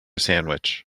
sandwich